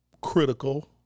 critical